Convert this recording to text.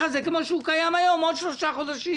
הזה כמו שהוא קיים היום עוד שלושה חודשים,